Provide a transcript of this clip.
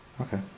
Okay